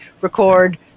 record